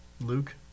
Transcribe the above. Luke